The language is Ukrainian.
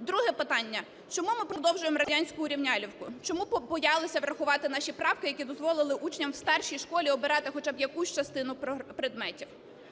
Друге питання. Чому ми продовжуємо радянську урівнялівку? Чому побоялися врахувати наші правки, які б дозволили учням в старшій школі обирати хоча б якусь частину предметів?